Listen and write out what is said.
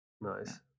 nice